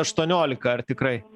aštuoniolika ar tikrai